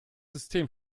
system